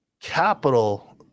capital